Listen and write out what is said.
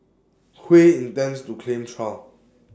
Hui intends to claim trial